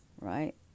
right